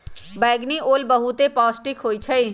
बइगनि ओल बहुते पौष्टिक होइ छइ